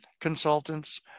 consultants